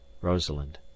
Rosalind